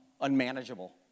unmanageable